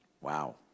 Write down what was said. Wow